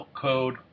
code